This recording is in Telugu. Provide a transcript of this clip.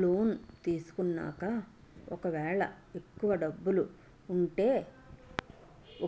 లోన్ తీసుకున్నాక ఒకవేళ ఎక్కువ డబ్బులు ఉంటే